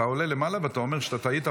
אתה עולה למעלה ואתה אומר שאתה טעית,